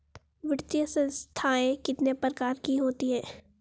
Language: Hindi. वित्तीय संस्थाएं कितने प्रकार की होती हैं?